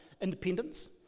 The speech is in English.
independence